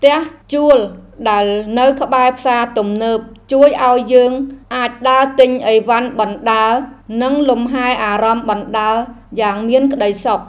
ផ្ទះជួលដែលនៅក្បែរផ្សារទំនើបជួយឱ្យយើងអាចដើរទិញអីវ៉ាន់បណ្តើរនិងលំហែអារម្មណ៍បណ្តើរយ៉ាងមានក្តីសុខ។